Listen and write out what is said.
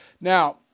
Now